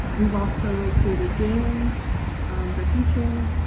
we've also created games for teaching.